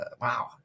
wow